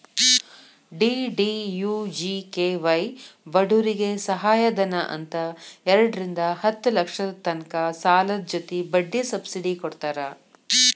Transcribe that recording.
DDUGKY ಬಡೂರಿಗೆ ಸಹಾಯಧನ ಅಂತ್ ಎರಡರಿಂದಾ ಹತ್ತ್ ಲಕ್ಷದ ತನಕ ಸಾಲದ್ ಜೊತಿ ಬಡ್ಡಿ ಸಬ್ಸಿಡಿ ಕೊಡ್ತಾರ್